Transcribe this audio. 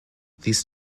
these